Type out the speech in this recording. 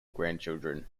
grandchildren